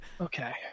Okay